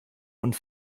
und